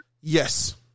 Yes